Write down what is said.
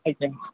ଆଜ୍ଞା